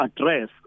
address